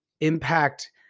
impact